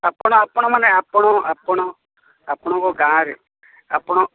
ଆପଣ ଆପଣ ଆପଣମାନେ ଆପଣ ଆପଣଙ୍କ ଗାଁରେ ଆପଣ